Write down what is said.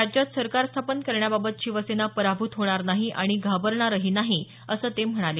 राज्यात सरकार स्थापन करण्याबाबत शिवसेना पराभूत होणार नाही आणि घाबरणारही नाही असं ते म्हणाले